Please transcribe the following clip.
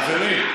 חברים,